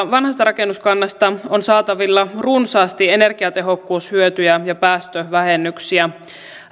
vanhasta rakennuskannasta on saatavilla runsaasti energiatehokkuushyötyjä ja päästövähennyksiä